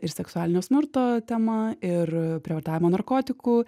ir seksualinio smurto tema ir prievartavimo narkotikų